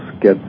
get